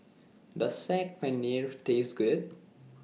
Does Saag Paneer Taste Good